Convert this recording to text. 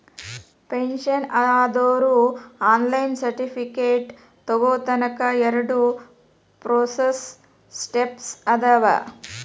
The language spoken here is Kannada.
ಪೆನ್ಷನ್ ಆದೋರು ಆನ್ಲೈನ್ ಸರ್ಟಿಫಿಕೇಟ್ ತೊಗೋನಕ ಎರಡ ಪ್ರೋಸೆಸ್ ಸ್ಟೆಪ್ಸ್ ಅದಾವ